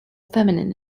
feminine